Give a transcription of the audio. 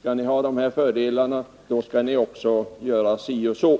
skall industrin ha fördelar, skall industrin också göra si eller så.